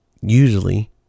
usually